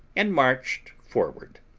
and marched forward.